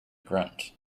grunt